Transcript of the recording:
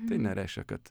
tai nereiškia kad